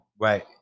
Right